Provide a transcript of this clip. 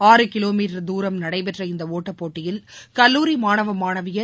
ஆறு கிலோமீட்டர் துரம் நடைபெற்ற இந்த ஒட்டப்போட்டியில் கல்லூரி மாணவ மானவியர்